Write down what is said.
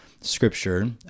Scripture